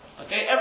Okay